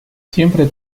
siempre